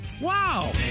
Wow